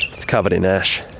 it's covered in ash.